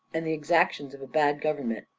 and the exactions of a bad government,